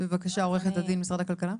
בבקשה, עורכת הדין ממשרד הכלכלה.